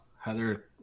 Heather